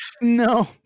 No